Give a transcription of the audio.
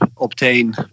obtain